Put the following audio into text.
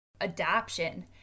Adoption